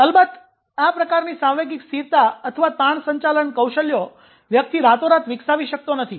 અલબત્ત આ પ્રકારની સાંવેગિક સ્થિરતા અથવા તાણ સંચાલન કૌશલ્યો વ્યક્તિ રાતોરાત વિકસાવી શકતો નથી